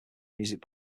music